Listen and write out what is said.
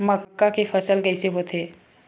मक्का के फसल कइसे होथे?